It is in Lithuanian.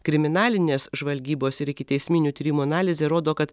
kriminalinės žvalgybos ir ikiteisminių tyrimų analizė rodo kad